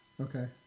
Okay